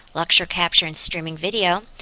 lecture capture and streaming video,